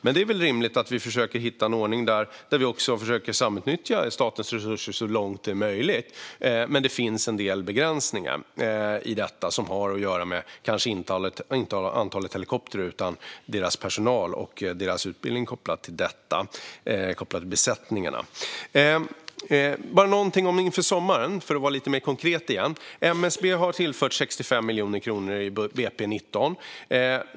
Men det är väl rimligt att vi försöker att hitta en ordning där vi också försöker att samutnyttja statens resurser så långt det är möjligt. Det finns dock en del begränsningar i detta som kanske inte har att göra med antalet helikoptrar utan med deras personal och besättningarnas utbildning. Jag vill säga något inför sommaren, för att vara lite mer konkret igen. MSB har tillförts 65 miljoner kronor i budgetpropositionen för 2019.